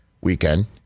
weekend